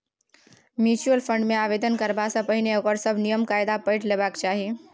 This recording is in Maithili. म्यूचुअल फंड मे आवेदन करबा सँ पहिने ओकर सभ नियम कायदा पढ़ि लेबाक चाही